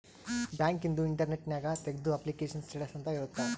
bank ಇಂದು internet ನ್ಯಾಗ ತೆಗ್ದು ಅಪ್ಲಿಕೇಶನ್ ಸ್ಟೇಟಸ್ ಅಂತ ಇರುತ್ತ